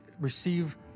receive